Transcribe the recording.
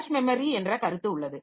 cash memory என்ற கருத்து உள்ளது